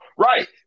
Right